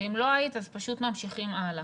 ואם לא היית אז פשוט ממשיכים הלאה.